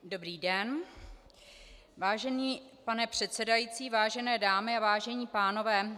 Dobrý den, vážený pane předsedající, vážené dámy, vážení pánové.